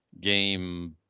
game